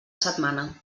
setmana